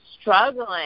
struggling